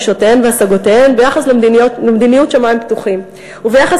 דרישותיהן והשגותיהן ביחס למדיניות השמים הפתוחים וביחס